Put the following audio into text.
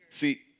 See